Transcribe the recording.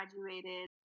graduated